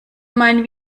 mein